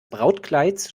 brautkleids